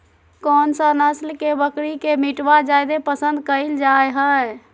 कौन सा नस्ल के बकरी के मीटबा जादे पसंद कइल जा हइ?